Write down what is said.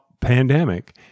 Pandemic